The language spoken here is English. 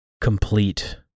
complete